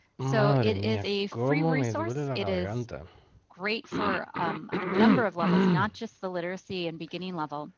so it is a free resource. it is great for um a number of levels, not just the literacy and beginning level